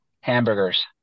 Hamburgers